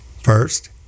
First